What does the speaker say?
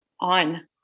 on